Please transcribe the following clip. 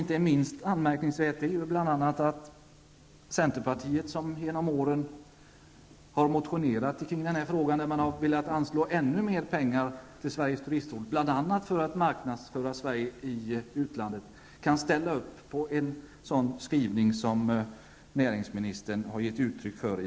Inte minst anmärkningsvärt är att centerpartiet, som genom åren har motionerat om större anslag till Sveriges turistråd, bl.a. för marknadsföring av Sverige i utlandet, kan ställa upp på det som näringsministern har givit uttryck för.